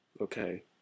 Okay